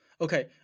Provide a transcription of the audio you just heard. Okay